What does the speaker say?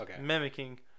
mimicking